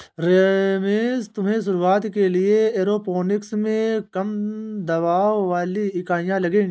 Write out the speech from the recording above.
रमेश तुम्हें शुरुआत के लिए एरोपोनिक्स में कम दबाव वाली इकाइयां लगेगी